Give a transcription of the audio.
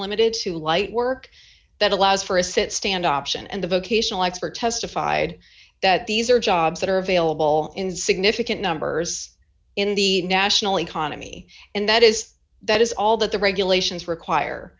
limited to light work that allows for a sit stand option and the vocational expert testified that these are jobs that are available in significant numbers in the national economy and that is that is all that the regulations require